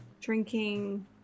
drinking